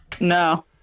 No